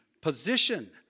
position